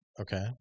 Okay